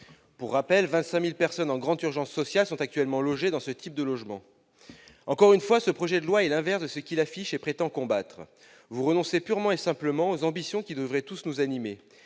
Pour rappel, quelque 25 000 personnes en grande urgence sociale sont actuellement logées dans ce type de logement. Encore une fois, ce projet de loi est l'inverse de ce qu'il affiche ; il ne lutte pas contre ce qu'il prétend combattre. Vous renoncez purement et simplement aux ambitions qui devraient tous nous animer